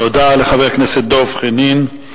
תודה לחבר הכנסת דב חנין.